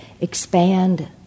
expand